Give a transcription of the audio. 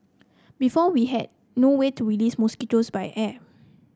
before we had no way to release mosquitoes by air